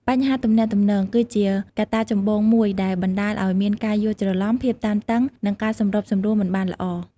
បញ្ហាទំនាក់ទំនង ក៏ជាកត្តាចម្បងមួយដែលបណ្ដាលឱ្យមានការយល់ច្រឡំ ភាពតានតឹង និងការសម្របសម្រួលមិនបានល្អ។